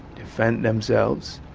defend themselves,